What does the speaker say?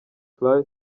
fly